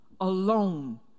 alone